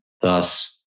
Thus